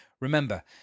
Remember